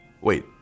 wait